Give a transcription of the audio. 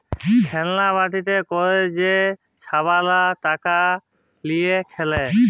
খেল্লা বাটিতে ক্যইরে যে ছাবালরা টাকা লিঁয়ে খেলে